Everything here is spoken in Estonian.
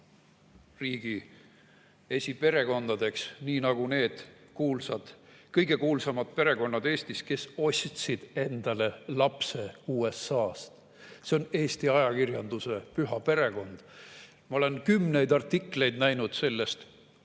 riigi esiperekondadeks, nii nagu see kõige kuulsam perekond Eestis, kes ostis endale lapse USA‑st. See on Eesti ajakirjanduse püha perekond. Ma olen kümneid artikleid näinud sellest,